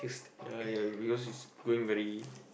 ya ya because it's going very